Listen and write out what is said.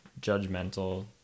judgmental